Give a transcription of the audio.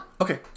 Okay